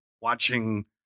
watching